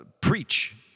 preach